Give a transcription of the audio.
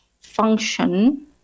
function